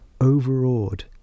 overawed